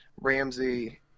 Ramsey